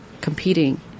competing